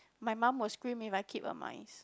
my mum will scream if I keep a mice